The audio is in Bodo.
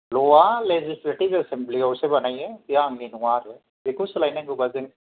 ल'आ लेजिस्लेतिभ एसेमब्लिआवसो बानायो बेयो आंनि नङा आरो बेखौ सोलायनांगौबा जों